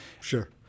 Sure